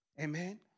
Amen